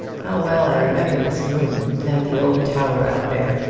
how well i remember this room and the old tower out there.